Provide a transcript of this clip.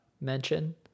mention